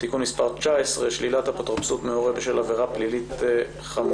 (תיקון מס' 19) (שלילת אפוטרופסות מהורה בשל עבירה פלילית חמורה),